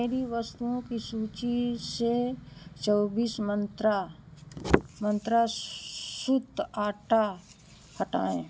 मेरी वस्तुओं की सूची से चौबीस मंत्रा मंत्रा सूत्त आटा हटाएँ